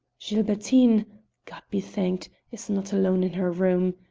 gilbertine god be thanked is not alone in her room.